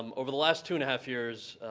um over the last two and a half years,